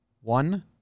One